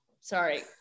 sorry